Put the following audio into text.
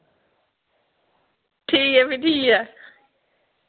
ठीक ऐ फ्ही ठीक ऐ